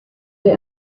der